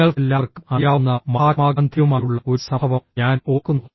നിങ്ങൾക്കെല്ലാവർക്കും അറിയാവുന്ന മഹാത്മാഗാന്ധിയുമായുള്ള ഒരു സംഭവം ഞാൻ ഓർക്കുന്നു